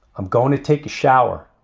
i'm going to take a shower.